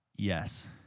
Yes